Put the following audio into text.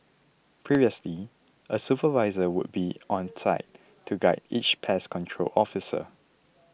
previously a supervisor would be on site to guide each pest control officer